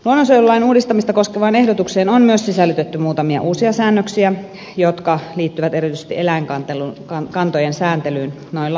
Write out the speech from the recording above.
luonnonsuojelulain uudistamista koskevaan ehdotukseen on myös sisällytetty muutamia uusia säännöksiä jotka liittyvät erityisesti eläinkantojen sääntelyyn noilla luonnonsuojelualueilla